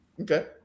Okay